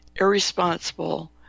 irresponsible